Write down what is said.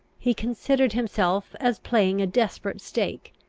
he considered himself as playing a desperate stake,